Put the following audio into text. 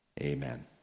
Amen